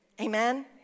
Amen